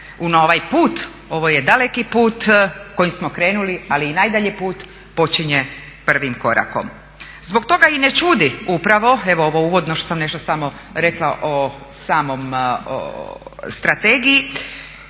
ovaj put, ovo je daleki put kojim smo krenuli, ali i najdalji put počinje prvim korakom. Zbog toga i ne čudi upravo, evo ovo uvodno što sam nešto samo rekla o samoj strategiji,